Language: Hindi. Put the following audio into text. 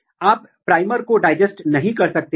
यदि ऐसा है तो उनका अध्ययन कैसे करें